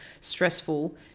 stressful